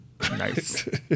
Nice